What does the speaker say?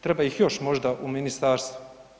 Treba ih još možda u ministarstvu?